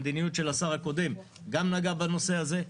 המדיניות של השר הקודם גם נגעה בנושא הזה,